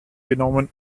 genommen